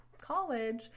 college